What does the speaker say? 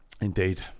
Indeed